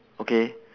okay